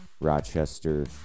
Rochester